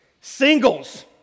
Singles